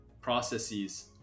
processes